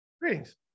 Greetings